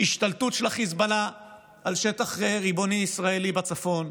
השתלטות של החיזבאללה על שטח ריבוני ישראלי בצפון?